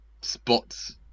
spots